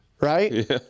right